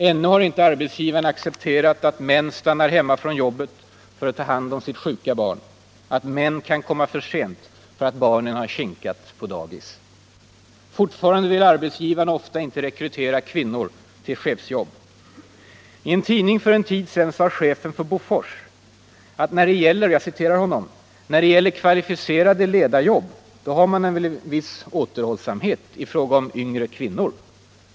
Ännu har inte arbetsgivarna accepterat att män stannar hemma från jobbet för att ta hand om sitt sjuka barn, att män kan komma för sent för att barnen har kinkat på dagis. Fortfarande vill arbetsgivarna ofta inte rekrytera kvinnor till chefsjobb. I en tidning för en tid sedan sade chefen för Bofors att ”när det gäller kvalificerade ledarjobb har man väl en viss återhållsamhet i fråga om yngre kvinnor.